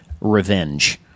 revenge